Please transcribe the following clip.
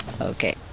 Okay